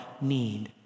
need